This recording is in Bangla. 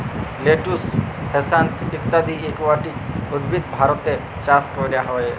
লেটুস, হ্যাসান্থ ইত্যদি একুয়াটিক উদ্ভিদ ভারতে চাস ক্যরা হ্যয়ে